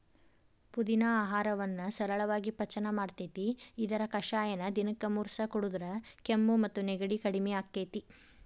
ಪುದಿನಾ ಆಹಾರವನ್ನ ಸರಳಾಗಿ ಪಚನ ಮಾಡ್ತೆತಿ, ಇದರ ಕಷಾಯನ ದಿನಕ್ಕ ಮೂರಸ ಕುಡದ್ರ ಕೆಮ್ಮು ಮತ್ತು ನೆಗಡಿ ಕಡಿಮಿ ಆಕ್ಕೆತಿ